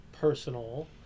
personal